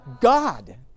God